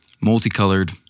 multicolored